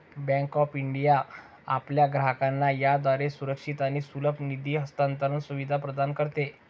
bank of India आपल्या ग्राहकांना याद्वारे सुरक्षित आणि सुलभ निधी हस्तांतरण सुविधा प्रदान करते